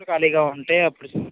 ఎప్పుడు ఖాళీగా ఉంటే అప్పుడు